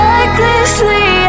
Recklessly